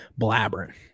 blabbering